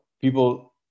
people